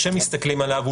כשמסתכלים עליו,